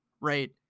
right